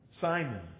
Simon